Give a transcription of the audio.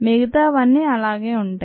మిగతావన్నీ అలాగే ఉంటాయి